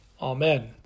Amen